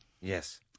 Yes